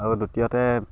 আৰু দ্বিতীয়তে